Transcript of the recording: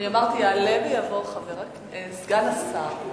אמרתי: יעלה ויבוא סגן השר.